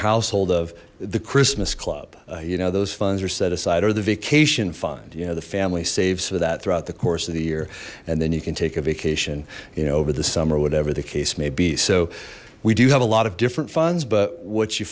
household of the christmas club you know those funds are set aside or the vacation fund you know the family saves for that throughout the course of the year and then you can take a vacation you know over the summer or whatever the case may be so we do have a lot of different funds but what you